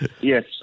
yes